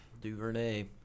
Duvernay